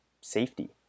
safety